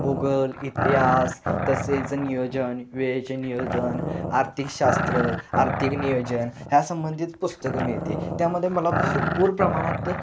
भूगोल इतिहास तसेच नियोजन वेळेचे नियोजन आर्थिकशास्त्र आर्थिक नियोजन ह्या संबंधित पुस्तकं मिळते त्यामध्ये मला भरपूर प्रमाणात